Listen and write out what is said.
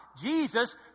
Jesus